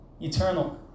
eternal